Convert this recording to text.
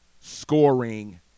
scoring